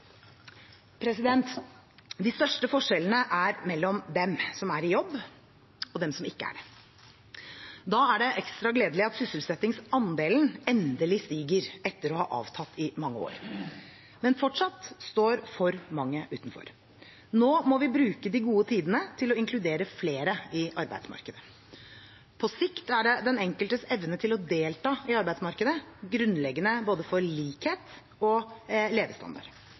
De største forskjellene er mellom dem som er i jobb, og dem som ikke er det. Da er det ekstra gledelig at sysselsettingsandelen endelig stiger – etter å ha avtatt i mange år. Men fortsatt står for mange utenfor. Nå må vi bruke de gode tidene til å inkludere flere i arbeidsmarkedet. På sikt er den enkeltes evne til å delta i arbeidsmarkedet grunnleggende for både likhet og levestandard.